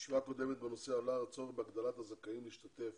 בישיבה הקודמת עלה הצורך בהגדלת הזכאים להשתתף